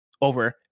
over